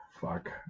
Fuck